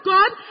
God